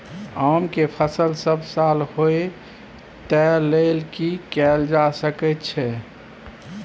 आम के फसल सब साल होय तै लेल की कैल जा सकै छै?